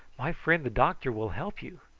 my friend the doctor will help you.